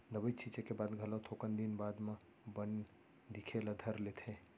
दवई छींचे के बाद घलो थोकन दिन बाद म बन दिखे ल धर लेथे